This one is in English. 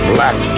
Black